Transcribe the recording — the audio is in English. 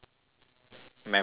memorable